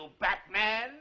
Batman